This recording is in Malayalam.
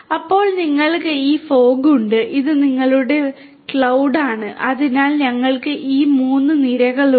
അപ്പോൾ നിങ്ങൾക്ക് ഈ ഫോഗ് ഉണ്ട് ഇത് നിങ്ങളുടെ ക്ലൌഡ് അതിനാൽ ഞങ്ങൾക്ക് ഈ 3 നിരകളുണ്ട്